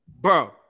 Bro